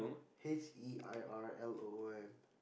H E I R L O O M